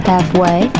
Halfway